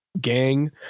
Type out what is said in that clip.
gang